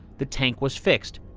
the tank was fixed,